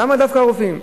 למה דווקא הרופאים?